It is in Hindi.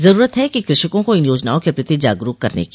जरूरत है कि कृषकों को इन योजनाओं के प्रति जागरूक करने की